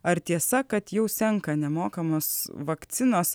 ar tiesa kad jau senka nemokamos vakcinos